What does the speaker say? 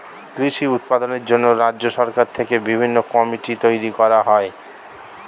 কৃষি উৎপাদনের জন্য রাজ্য সরকার থেকে বিভিন্ন কমিটি তৈরি করা হয়